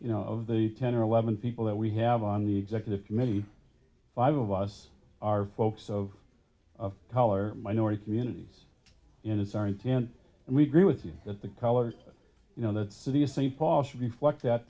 you know of the ten or eleven people that we have on the executive committee five of us are folks of of color minority communities and it's our intent and we agree with you that the color you know the city of st paul should reflect that